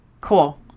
cool